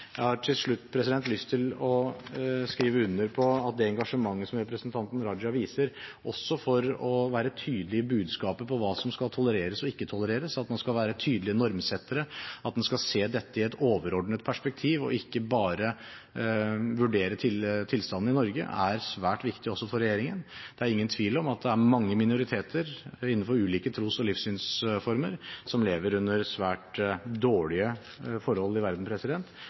Jeg har til slutt lyst til å skrive under på at det engasjementet som representanten Raja viser også for å være tydelig i budskapet om hva som skal tolereres og ikke tolereres, at man skal være tydelige normsettere, at man skal se dette i et overordnet perspektiv og ikke bare vurdere tilstanden i Norge, er svært viktig også for regjeringen. Det er ingen tvil om at det er mange minoriteter innenfor ulike tros- og livssynsformer som lever under svært dårlige forhold i verden.